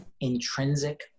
intrinsic